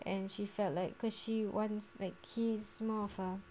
and she felt like cause she ones like kids all ah